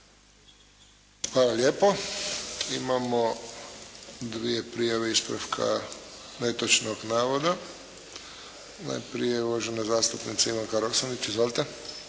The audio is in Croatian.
Hvala lijepo. Imamo dvije prijave ispravka netočnog navoda. Najprije uvažena zastupnica Ivanka Roksandić. Izvolite.